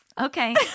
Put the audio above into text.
Okay